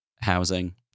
housing